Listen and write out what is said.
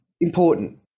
important